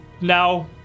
now